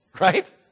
right